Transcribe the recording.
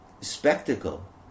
spectacle